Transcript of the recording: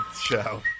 Show